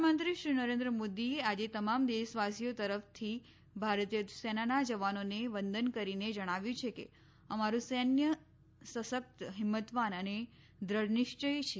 પ્રધાનમંત્રી શ્રી નરેન્દ્ર મોદીએ આજે તમામ દેશવાસીઓ તરફથી ભારતીય સેનાના જવાનોને વંદન કરીને જણાવ્યું છે કે અમાટું સૈન્ય સશક્ત હિંમતવાન અને દૃઢનિશ્ચિથી છે